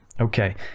okay